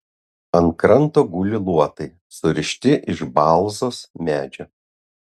ant kranto guli luotai surišti iš balzos medžio